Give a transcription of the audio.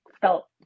felt